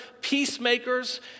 peacemakers